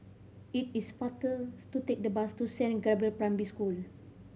it is to take the bus to Saint Gabriel Primary School